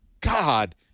God